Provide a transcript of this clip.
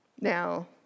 Now